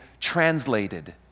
translated